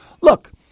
Look